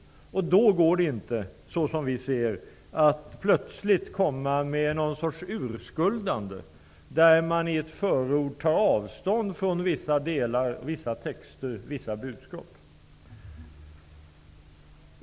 Det går inte att plötsligt komma med någon sorts urskuldande på det sättet att man i ett förord tar avstånd från vissa delar, texter och budskap.